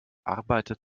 arbeitet